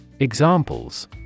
Examples